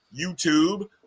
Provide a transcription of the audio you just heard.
YouTube